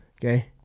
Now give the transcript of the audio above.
Okay